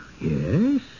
yes